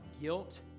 guilt